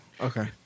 Okay